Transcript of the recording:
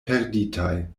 perditaj